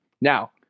Now